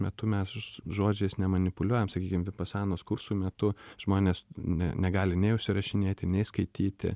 metu mes žodžiais nemanipuliuojam sakykim vipasanos kursų metu žmonės ne negali nei užsirašinėti nei skaityti